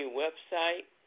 website